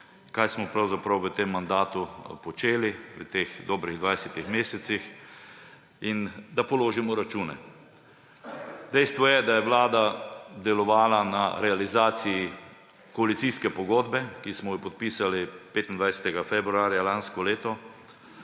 v tem mandatu počeli, v teh dobrih 20 mesecih, in da položimo račune. Dejstvo je, da je Vlada delovala na realizaciji koalicijske pogodbe, ki smo jo podpisali 25. februarja lansko leto,